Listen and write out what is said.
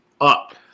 up